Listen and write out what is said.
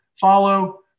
Follow